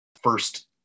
first